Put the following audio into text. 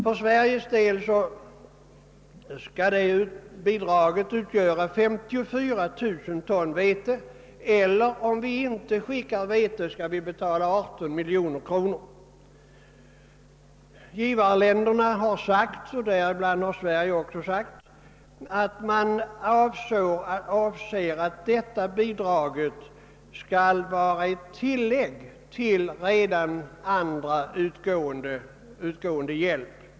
För Sveriges del skall det bidraget utgöra 54 000 ton vete och om vi inte skickar vete, skall vi betala 18 miljoner kronor. Givarländerna och därmed också Sverige har sagt, att man avser att dessa bidrag skall vara ett tillägg till annan, redan utgående hjälp.